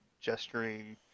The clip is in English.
gesturing